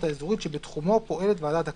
האזורית שבתחומו פועלת ועדת הקלפי".